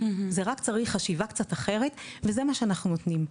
זה רק צריך חשיבה קצת אחרת וזה מה שאנחנו נותנים.